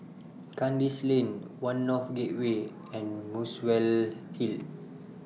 Kandis Lane one North Gateway and Muswell Hill